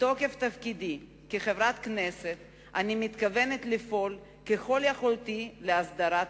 מתוקף תפקידי כחברת הכנסת אני מתכוונת לפעול ככל יכולתי להסדרת הנושא.